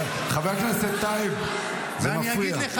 חבר הכנסת טייב, זה מפריע.